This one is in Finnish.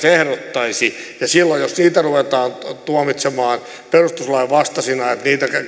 edes ehdottaisi ja silloin jos niitä ruvetaan tuomitsemaan perustuslain vastaisina niin että ne